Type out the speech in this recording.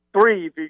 three